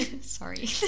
Sorry